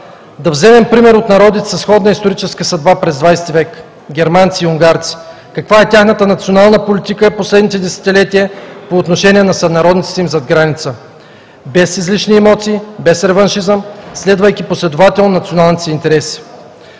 Да вземем пример от народите със сходна историческа съдба през ХХ век – германци и унгарци. Каква е тяхната национална политика през последните десетилетия по отношение на сънародниците им зад граница – без излишни емоции, без реваншизъм, следвайки последователно националните си интереси?